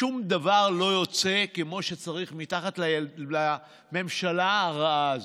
שום דבר לא יוצא כמו שצריך מתחת ידי הממשלה הרעה הזאת,